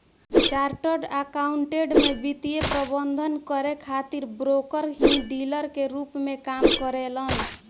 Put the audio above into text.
chartered accountant में वित्तीय प्रबंधन करे खातिर ब्रोकर ही डीलर के रूप में काम करेलन